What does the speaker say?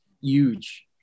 huge